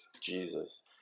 Jesus